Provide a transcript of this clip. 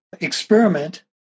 experiment